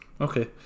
Okay